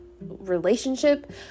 relationship